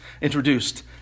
introduced